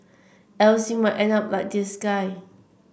else you might end up like this guy